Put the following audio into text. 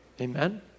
Amen